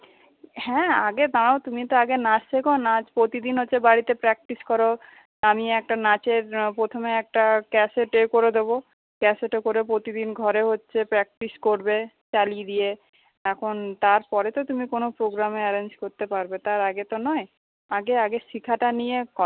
হ্যাঁ আগে দাঁড়াও তুমি তো আগে নাচ শেখো নাচ প্রতিদিন হচ্ছে বাড়িতে প্রাক্টিস করো আমি একটা নাচের প্রথমে একটা ক্যাসেট ইয়ে করে দেব ক্যাসেটে করে প্রতিদিন ঘরে হচ্ছে প্র্যাক্টিস করবে চালিয়ে দিয়ে এখন তারপরে তো তুমি কোনও প্রোগ্রামে অ্যারেঞ্জ করতে পারবে তার আগে তো নয় আগে আগে শেখাটা নিয়ে কথা